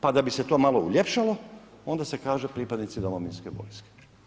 Pa da bi se to malo uljepšalo onda se kaže pripadnici domovinske vojske.